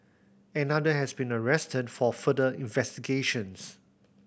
another has been arrested for further investigations